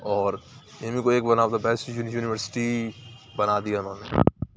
اور A M U کو ایک one of the best university بنا دیا اُنہوں نے